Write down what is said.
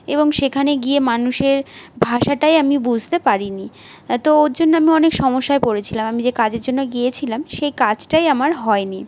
এবং সেখানে গিয়ে মানুষের ভাষাটাই আমি বুঝতে পারিনি তো ওর জন্য আমি অনেক সমস্যায় পড়েছিলাম আমি যে কাজের জন্য গিয়েছিলাম সেই কাজটাই আমার হয়নি